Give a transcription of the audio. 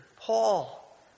Paul